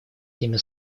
теми